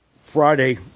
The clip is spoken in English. Friday